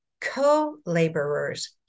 co-laborers